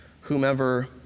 whomever